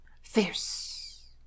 fierce